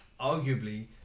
Arguably